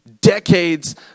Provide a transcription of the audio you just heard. decades